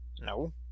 No